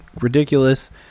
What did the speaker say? ridiculous